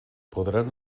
podran